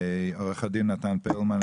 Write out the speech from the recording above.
עורך הדין נתן פרלמן,